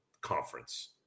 conference